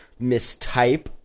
mistype